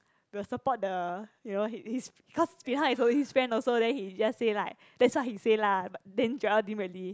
will support the you know his his cause bin hao always his friend also then he just say like that's what he say lah but then Joel didn't really